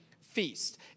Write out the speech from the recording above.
feast